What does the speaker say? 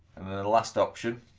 and the last option